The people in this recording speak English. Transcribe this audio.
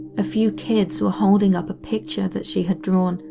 a few kids were holding up a picture that she had drawn,